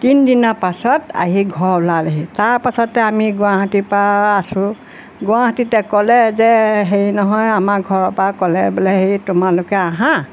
তিনিদিনৰ পাছত আহি ঘৰ ওলালেহি তাৰপাছতে আমি গুৱাহাটীপৰা আছোঁ গুৱাহাটীতে ক'লে যে হেৰি নহয় আমাৰ ঘৰৰ পৰা ক'লে বোলে হেৰি তোমালোকে আহা